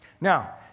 Now